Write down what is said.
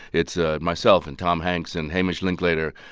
it's ah myself, and tom hanks, and hamish linklater,